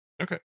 Okay